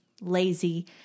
Lazy